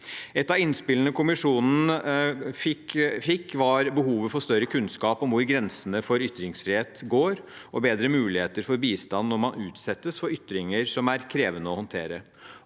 Et av innspillene kommisjonen fikk, var behovet for større kunnskap om hvor grensene for ytringsfrihet går, og bedre muligheter for bistand når man utsettes for ytringer som er krevende å håndtere.